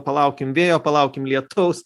palaukim vėjo palaukim lietaus